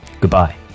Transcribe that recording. goodbye